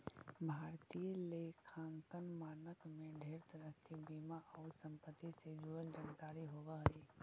भारतीय लेखांकन मानक में ढेर तरह के बीमा आउ संपत्ति से जुड़ल जानकारी होब हई